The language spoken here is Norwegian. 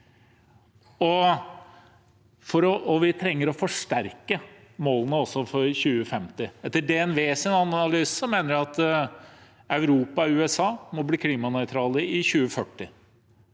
Vi trenger også å forsterke målene for 2050. Etter DNVs analyse mener man at Europa og USA må bli klimanøytrale i 2040,